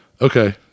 okay